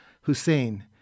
Hussein